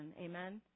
amen